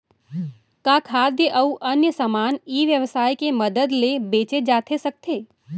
का खाद्य अऊ अन्य समान ई व्यवसाय के मदद ले बेचे जाथे सकथे?